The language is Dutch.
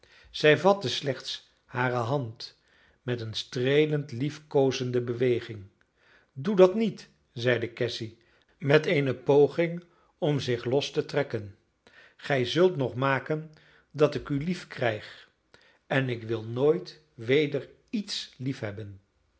zij vatte slechts hare hand met een streelend liefkoozende beweging doe dat niet zeide cassy met eene poging om zich los te trekken gij zult nog maken dat ik u liefkrijg en ik wil nooit weder iets liefhebben